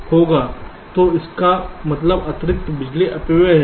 तो इसका मतलब अतिरिक्त बिजली अपव्यय है